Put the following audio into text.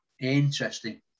interesting